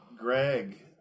Greg